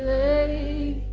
a